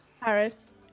Harris